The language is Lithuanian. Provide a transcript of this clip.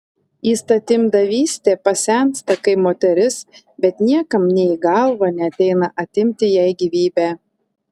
įstatymdavystė pasensta kaip moteris bet niekam nė į galvą neateina atimti jai gyvybę